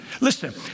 Listen